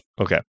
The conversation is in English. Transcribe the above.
Okay